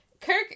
Kirk